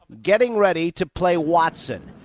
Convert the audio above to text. getting ready to play watson,